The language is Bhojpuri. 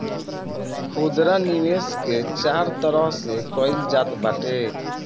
खुदरा निवेश के चार तरह से कईल जात बाटे